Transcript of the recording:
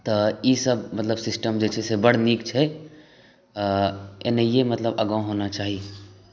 तऽ ईसब मतलब सिस्टम छै से बड़ नीक छै एनाहिए मतलब आगाँ होना चाही